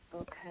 Okay